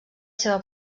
seva